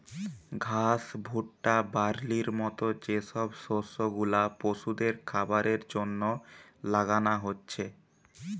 ঘাস, ভুট্টা, বার্লির মত যে সব শস্য গুলা পশুদের খাবারের জন্যে লাগানা হচ্ছে